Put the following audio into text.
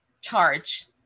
charge